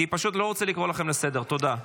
כי אני פשוט לא רוצה לקרוא אתכם לסדר, תודה.